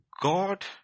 God